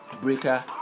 Breaker